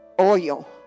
Oil